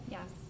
Yes